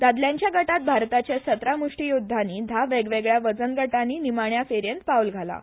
दादल्यांच्या गटांत भारताचे सतरा मुश्टीयोद्धांनी धा वेगवेगळ्या वजन गटांनी निमाणे फेरयेंत पावल घालां